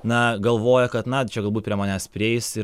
na galvoja kad na čia galbūt prie manęs prieis ir